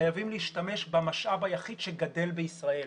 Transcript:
חייבים להשתמש במשאב היחיד שגדל בישראל.